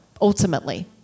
Ultimately